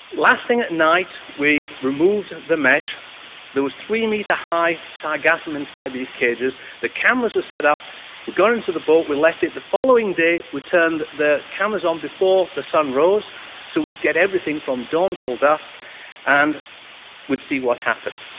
last thing at night we removed the mesh there was three metre high sargassum inside these cages. the cameras were set up we got into the boat we left it. the following day we turned the cameras on before the sun rose so we'd get everything from dawn till dusk and we'd see what happened.